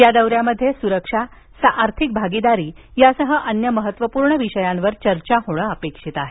या दौऱ्यात सुरक्षा आर्थिक भागीदारी यासह अन्य महत्त्वपूर्ण विषयांवर चर्चा होण अपेक्षित आहे